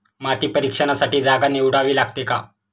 माती परीक्षणासाठी जागा निवडावी लागते का?